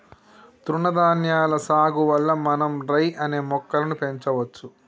తృణధాన్యాల సాగు వల్ల మనం రై అనే మొక్కలను పెంచవచ్చు